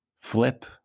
flip